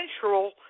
Central